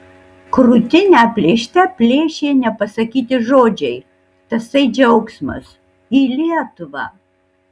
krūtinę plėšte plėšė nepasakyti žodžiai tasai džiaugsmas į lietuvą